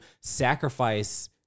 sacrifice